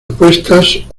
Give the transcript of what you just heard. opuestas